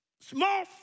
small